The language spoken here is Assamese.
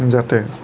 যাতে